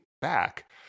back